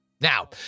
Now